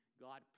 God